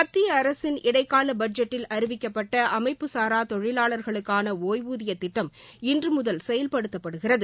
மத்திய அரசின் இடைக்கால பட்ஜெட்டில் அறிவிக்கப்பட்ட அமைப்புச்சாரா தொழிலாளர்களுக்கான ஒய்வூதிய திட்டம் இன்றுமுதல் செயல்படுத்தப்படுகிறது